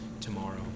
tomorrow